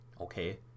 okay